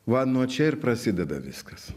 va nuo čia ir prasideda viskas